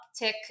uptick